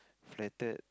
flattered